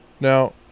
Now